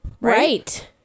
Right